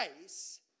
face